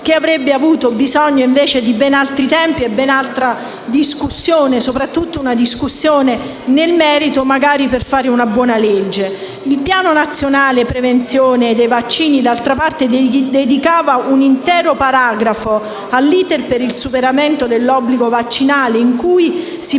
che avrebbe avuto bisogno invece di ben altri tempi e ben altra discussione, soprattutto una discussione nel merito magari per fare una buona legge. Il Piano nazionale della prevenzione vaccinale, d'altra parte, dedicava un intero paragrafo all'*iter* per il superamento dell'obbligo vaccinale, in cui si